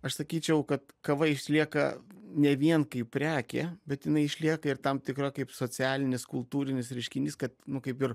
aš sakyčiau kad kava išlieka ne vien kaip prekė bet jinai išlieka ir tam tikra kaip socialinis kultūrinis reiškinys kad nu kaip ir